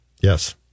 Yes